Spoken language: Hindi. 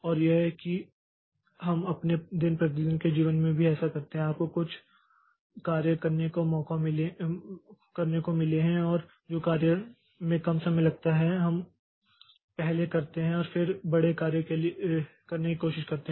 और यह कि हम अपने दिन प्रतिदिन के जीवन में भी ऐसा करते हैं अगर आपको कुछ कार्य करने को मिले हैं और जो कार्य में कम समय लगता है उसे हम पहले करते हैं और फिर बड़े कार्य करने की कोशिश करते हैं